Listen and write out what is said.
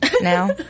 now